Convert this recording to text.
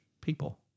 people